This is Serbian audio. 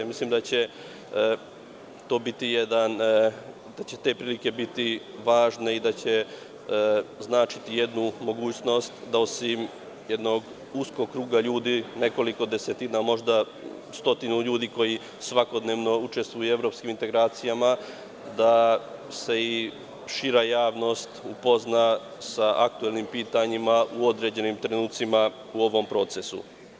Mislim da će te prilike biti važne i da će značiti jednu mogućnost da osim jednog uskog kruga ljudi, možda nekoliko desetina, možda stotinu ljudi koji svakodnevno učestvuju u evropskim integracijama, da se i šira javnost upozna sa aktuelnim pitanjima u određenim trenucima u ovom procesu.